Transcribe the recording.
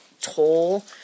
toll